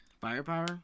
Firepower